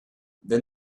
then